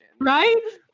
Right